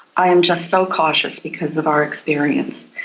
i'm just so cautious because of our experience.